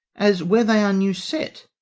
as where they are new set.